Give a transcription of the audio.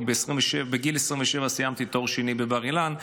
כי בגיל 27 סיימתי תואר שני בבר-אילן,